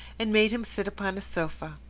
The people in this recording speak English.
and made him sit upon a sofa.